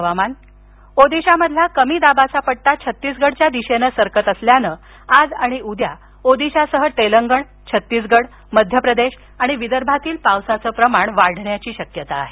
हवामान ओदिशातला कमी दाबाचा पट्टा छत्तिसगडच्या दिशेनं सरकत असल्यानं आज आणि उद्या ओदिशासह तेलंगण छत्तीसगड मध्य प्रदेश आणि विदर्भातील पावसाचं प्रमाण वाढण्याची शक्यता आहे